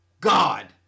God